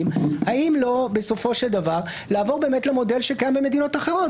האם בסופו של דבר לא לעבור למודל שקיים במדינות אחרות?